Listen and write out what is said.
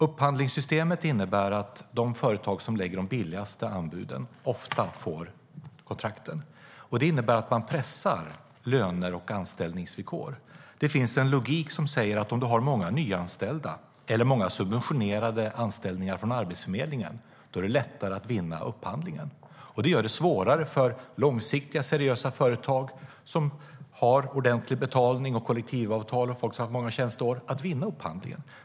Upphandlingssystemet innebär att de företag som lägger de billigaste anbuden ofta får kontrakten. Det innebär att man pressar löner och anställningsvillkor. Det finns en logik som säger att om man har många nyanställda eller många subventionerade anställningar från Arbetsförmedlingen är det lättare att vinna upphandlingen. Det gör det svårare för långsiktiga, seriösa företag, som har ordentlig betalning, kollektivavtal och folk som har många tjänsteår, att vinna upphandlingen.